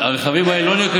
אתה אמרת, לא אני.